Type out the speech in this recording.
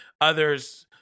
others